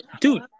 dude